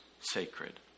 sacred